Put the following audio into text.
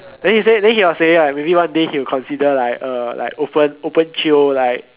then he say then he was saying right maybe one day he will consider like uh a like open open jio like